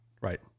right